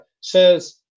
says